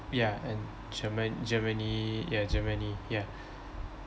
ya and german~ germany ya germany ya